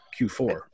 Q4